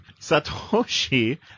Satoshi